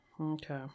Okay